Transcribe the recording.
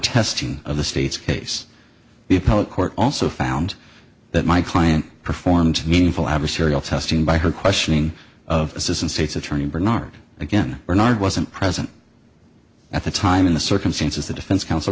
testing of the state's case the appellate court also found that my client performed meaningful adversarial testing by her questioning of assistant state's attorney bernard again or not wasn't present at the time in the circumstances the defense counsel